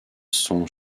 sont